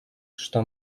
что